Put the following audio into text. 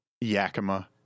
Yakima